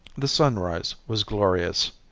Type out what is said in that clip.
the sunrise was glorious,